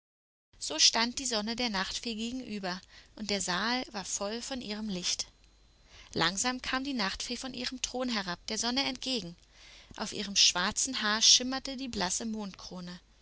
so stand die sonne der nachtfee gegenüber und der saal war voll von ihrem licht langsam kam die nachtfee von ihrem thron herab der sonne entgegen auf ihrem schwarzen haar schimmerte die blasse